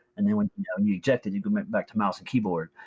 and then when you ejected, you could move back to mouse and keyboard.